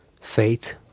faith